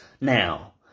Now